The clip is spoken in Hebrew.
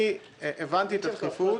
אני הבנתי את הדחיפות,